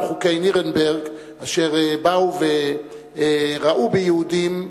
חוקי נירנברג אשר באו וראו ביהודים,